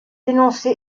dénoncé